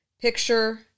Picture